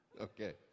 Okay